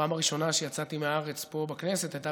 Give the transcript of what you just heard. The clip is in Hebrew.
שהפעם הראשונה שיצאתי מהארץ פה בכנסת הייתה